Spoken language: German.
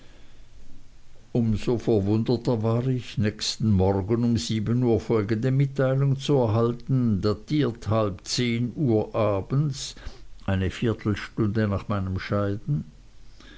so verwunderter war ich nächsten morgen um sieben uhr folgende mitteilung zu erhalten datiert halb zehn uhr abends eine viertelstunde nach unserm scheiden